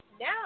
now